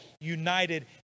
united